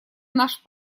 наш